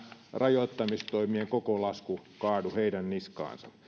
rajoittamistoimien koko lasku kaadu heidän niskaansa